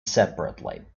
separately